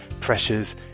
pressures